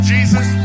Jesus